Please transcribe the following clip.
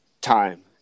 time